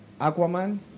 Aquaman